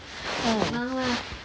!hais!